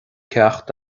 ceacht